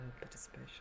participation